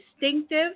distinctive